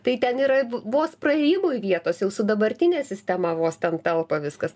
tai ten yra vos praėjimui vietos jau su dabartine sistema vos ten telpa viskas